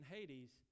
Hades